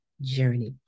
journey